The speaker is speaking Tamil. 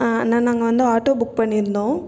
அண்ணா நாங்கள் வந்து ஆட்டோ புக் பண்ணியிருந்தோம்